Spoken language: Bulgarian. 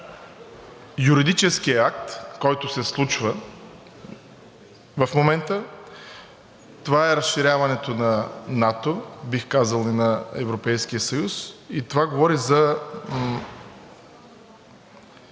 е юридическият акт, който се случва в момента. Това е разширяването на НАТО, бих казал и на Европейския съюз, и това говори за